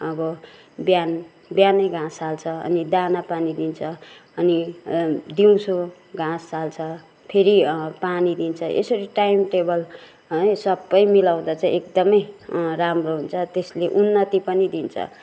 अब बिहान बिहानै घाँस हाल्छ अनि दाना पानी दिन्छ अनि दिउँसो घाँस हाल्छ फेरि पानी दिन्छ यसरी टाइम टेबल है सबै मिलाउँदा चाहिँ एकदमै राम्रो हुन्छ त्यसले उन्नति पनि दिन्छ